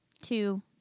two